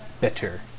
better